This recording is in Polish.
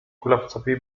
kulawcowi